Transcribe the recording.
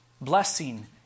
Blessing